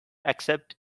except